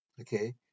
okay